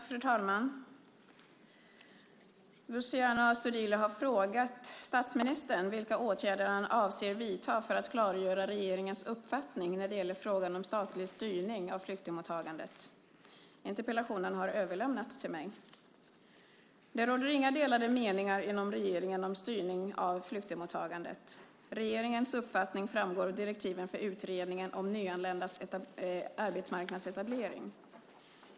Fru talman! Luciano Astudillo har frågat statsministern vilka åtgärder han avser att vidta för att klargöra regeringens uppfattning när det gäller frågan om statlig styrning av flyktingmottagandet. Interpellationen har överlämnats till mig. Det råder inga delade meningar inom regeringen om styrning av flyktingmottagandet. Regeringens uppfattning framgår av direktiven för Utredningen om nyanländas arbetsmarknadsetablering .